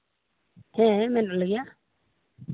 ᱦᱮᱸ ᱢᱮᱱᱟᱜ ᱞᱮᱜᱮᱭᱟ